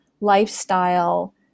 lifestyle